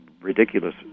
ridiculous